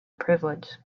privilege